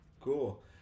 cool